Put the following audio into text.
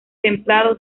templado